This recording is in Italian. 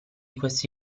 queste